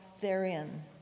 therein